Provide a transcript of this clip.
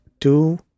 two